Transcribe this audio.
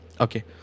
okay